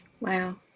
wow